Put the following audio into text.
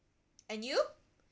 and you